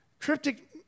cryptic